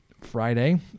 Friday